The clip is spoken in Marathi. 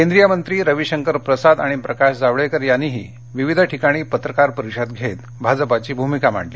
केंद्रीय मंत्री रवी शंकर प्रसाद आणि प्रकाश जावडेकर यांनीही विविध ठिकाणी पत्रकार परिषद घेत भाजपाची भूमिका मांडली